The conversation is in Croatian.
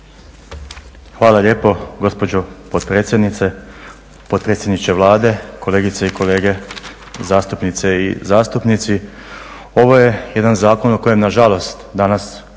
Hvala lijepo gospođo potpredsjednice, potpredsjedniče Vlade, kolegice i kolege zastupnice i zastupnici, ovo je jedan zakon o kojem nažalost danas